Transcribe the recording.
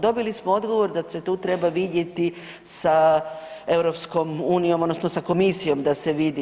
Dobili smo odgovor da se to treba vidjeti sa EU odnosno sa komisijom da se vidi.